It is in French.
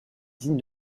digne